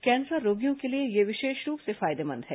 cancer रोगियों के लिए यह विशेष रूप से फायदेमंद है